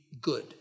good